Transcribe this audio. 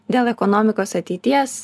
dėl ekonomikos ateities